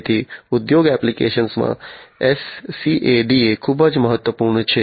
તેથી ઉદ્યોગ એપ્લિકેશન્સમાં SCADA ખૂબ જ મહત્વપૂર્ણ છે